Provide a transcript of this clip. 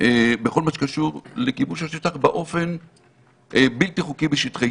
בכל מה שקשור לכיבוש השטח באופן בלתי חוקי בשטחי